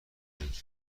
دهید